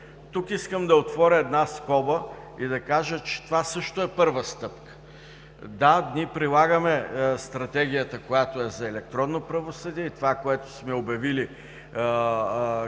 Тук искам да отворя една скоба и да кажа, че това също е първа стъпка. Да, прилагаме Стратегията за електронно правосъдие, това, което сме обявили като